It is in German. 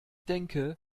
denke